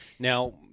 Now